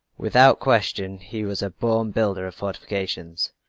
without question he was a born builder of fortifications.